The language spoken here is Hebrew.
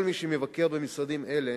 כל מי שמבקר במשרדים אלה